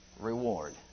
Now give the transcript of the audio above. reward